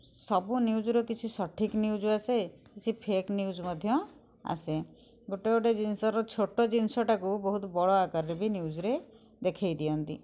ସବୁ ନ୍ୟୁଜ୍ର କିଛି ସଠିକ୍ ନ୍ୟୁଜ୍ ଆସେ କିଛି ଫେକ୍ ନ୍ୟୁଜ୍ ମଧ୍ୟ ଆସେ ଗୋଟେ ଗୋଟେ ଜିନିଷର ଛୋଟ ଜିନିଷଟାକୁ ବହୁତ ବଡ଼ ଆକାରରେ ବି ନ୍ୟୁଜ୍ରେ ଦେଖାଇ ଦିଅନ୍ତି